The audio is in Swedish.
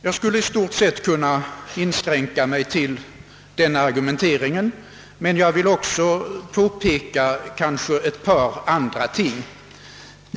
Jag skulle i stort sett vilja inskränka mig till denna argumentering, men jag vill också påpeka ett par andra ting.